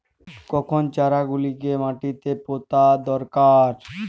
কখন চারা গুলিকে মাটিতে পোঁতা দরকার?